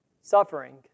suffering